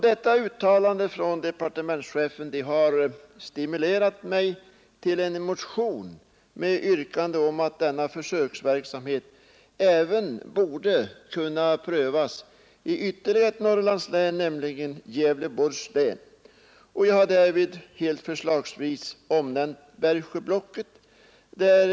Detta uttalande från departementschefen har stimulerat mig till en motion med yrkande om att denna försöksverksamhet även borde kunna prövas i ytterligare ett Norrlandslän, nämligen Gävleborgs län, och jag har därvid helt förslagsvis omnämnt Bergsjöblocket.